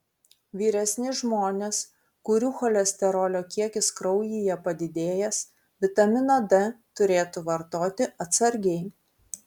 vyresni žmonės kurių cholesterolio kiekis kraujyje padidėjęs vitaminą d turėtų vartoti atsargiai